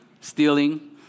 stealing